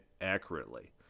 accurately